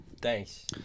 Thanks